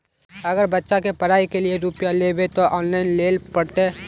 अगर बच्चा के पढ़ाई के लिये रुपया लेबे ते ऑनलाइन लेल पड़ते?